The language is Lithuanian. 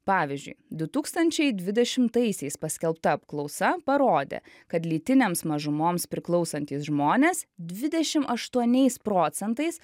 pavyzdžiui du tūkstančiai dvidešimtaisiais paskelbta apklausa parodė kad lytinėms mažumoms priklausantys žmonės dvidešim aštuoniais procentais